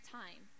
time